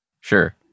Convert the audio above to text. Sure